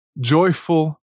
Joyful